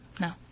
No